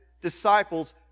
disciples